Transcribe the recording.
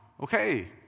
okay